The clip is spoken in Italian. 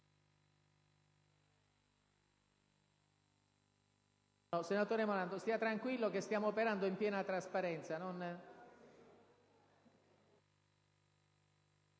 Senatore Morando, stia tranquillo che stiamo operando in piena trasparenza.